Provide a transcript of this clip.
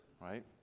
right